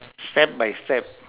step by step